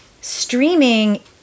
streaming